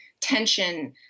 tension